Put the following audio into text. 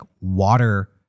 water